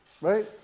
Right